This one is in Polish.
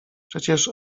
przecież